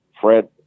Fred